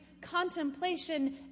contemplation